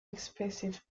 expensive